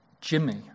Jimmy